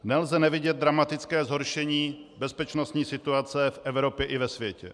Nelze nevidět dramatické zhoršení bezpečnostní situace v Evropě i ve světě.